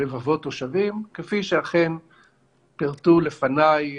רבבות תושבים כפי שאכן פירטו לפניי